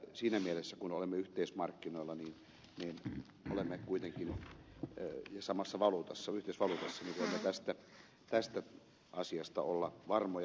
siinä mielessä kun olemme yhteismarkkinoilla olemme kuitenkin samassa yhteisvaluutassa ja voimme tästä asiasta olla varmoja